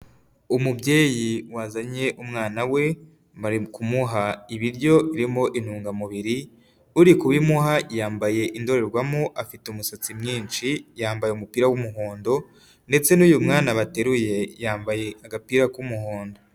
Umubyeyi wazanye umwana we kumuha ibiryo birimo intungamubiri uri kubimuha yambaye indorerwamo, afite umusatsi mwinshi,,yambaye umupira w'umuhondo ndetse n'uyu mwana bateruye yambaye agapira k'umuhondo.